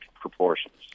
proportions